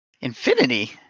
Infinity